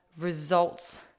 results